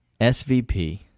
SVP